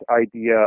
idea